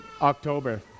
October